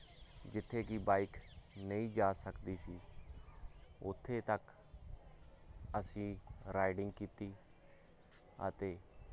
ਜਿੱਥੇ ਕਿ ਬਾਈਕ ਨਹੀਂ ਜਾ ਸਕਦੀ ਸੀ ਉੱਥੇ ਤੱਕ ਅਸੀਂ ਰਾਈਡਿੰਗ ਕੀਤੀ ਅਤੇ